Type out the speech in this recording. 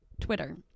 twitter